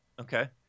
Okay